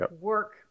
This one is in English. work